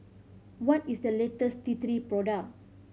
what is the latest T Three product